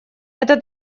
это